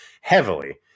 heavily